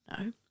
No